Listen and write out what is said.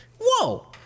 Whoa